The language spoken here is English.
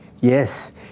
Yes